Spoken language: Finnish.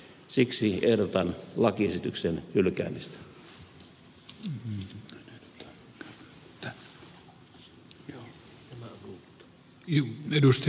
siksi ehdotan lakiesityksen hylkäämistä